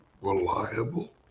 reliable